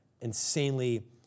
insanely